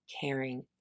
caring